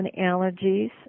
allergies